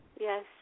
yes